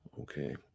Okay